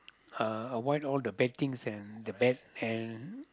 uh avoid all the bad things and the bad and